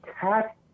cat